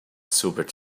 sobered